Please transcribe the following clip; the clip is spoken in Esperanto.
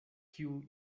kiu